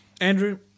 Andrew